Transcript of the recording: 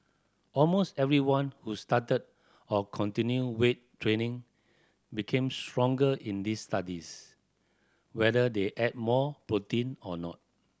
almost everyone who started or continued weight training became stronger in these studies whether they ate more protein or not